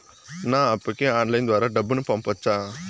నా అప్పుకి ఆన్లైన్ ద్వారా డబ్బును పంపొచ్చా